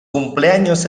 cumpleaños